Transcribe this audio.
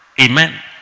Amen